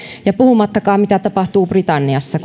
ja puhumattakaan mitä tapahtuu britanniassa